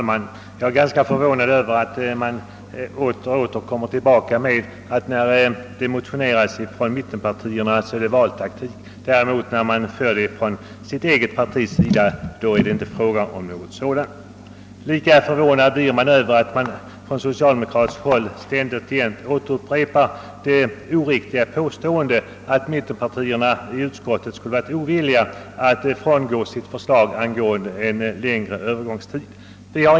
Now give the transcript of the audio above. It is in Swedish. Herr talman! Jag är förvånad över att man åter framför åsikten att det när det motioneras från mittenpartiernas sida är valtaktik och att det när det motioneras från socialdemokratiskt håll inte är fråga om något sådant. Lika förvånansvärt är det att man från socialdemokratiskt håll ständigt och jämt upprepar det oriktiga påståendet att mittenpartierna i utskottet skulle ha varit ovilliga att frångå sitt förslag om en längre Öövergångstid.